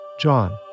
John